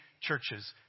churches